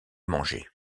manger